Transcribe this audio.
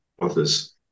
others